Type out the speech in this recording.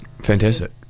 Fantastic